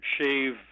shave